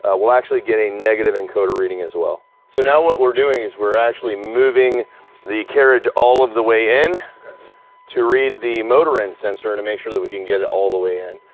ah we'll actually get a negative encoder reading as well. so now what we're doing is we're actually moving the carriage all of the way in to read the motor end sensor to make sure that we can get it all the way in.